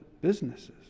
businesses